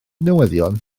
newyddion